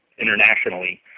internationally